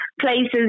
places